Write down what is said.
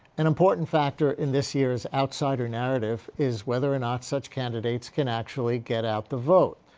an important factor in this year's outsider narrative is whether or not such candidates can actually get out the vote,